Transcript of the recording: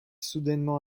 soudainement